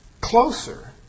closer